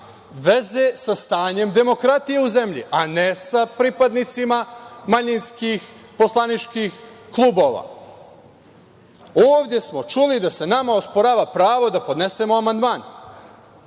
veze sa stanjem demokratije u zemlji, a ne sa pripadnicima manjinskih poslaničkih klubova. Ovde smo čuli da se nama osporava pravo da podnesemo amandman.